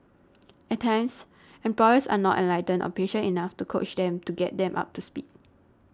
at times employers are not enlightened or patient enough to coach them to get them up to speed